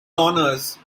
honours